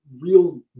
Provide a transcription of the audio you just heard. real